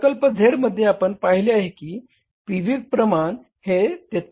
प्रकल्प Z मध्ये आपण पाहिले आहे की पी व्ही प्रमाण हे 33